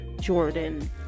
Jordan